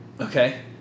Okay